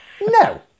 No